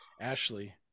Ashley